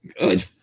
Good